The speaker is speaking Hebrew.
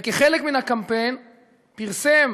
וכחלק מהקמפיין פרסם